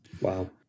Wow